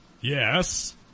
Yes